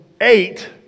eight